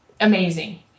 amazing